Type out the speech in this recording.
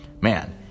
Man